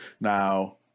now